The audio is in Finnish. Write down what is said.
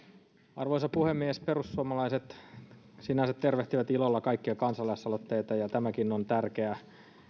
arvoisa puhemies perussuomalaiset sinänsä tervehtivät ilolla kaikkia kansalaisaloitteita ja tämäkin on tärkeää